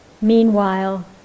Meanwhile